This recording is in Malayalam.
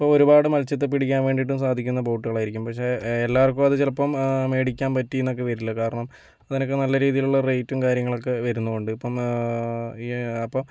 ഇപ്പോൾ ഒരുപാട് മത്സ്യത്തെ പിടിക്കാൻ വേണ്ടിയിട്ടും സാധിക്കുന്ന ബോട്ടുകളായിരിക്കും പക്ഷെ എല്ലാവർക്കും അത് ചിലപ്പം മേടിക്കാൻ പറ്റി എന്നൊക്കെ വരില്ല കാരണം അങ്ങനക്കെ നല്ല രീതിയിലുള്ള റേറ്റും കാര്യങ്ങളൊക്കെ വരുന്നത് കൊണ്ട് ഇപ്പം അപ്പം